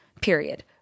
Period